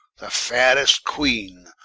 the fairest queene,